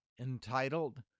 entitled